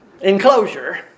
enclosure